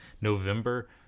November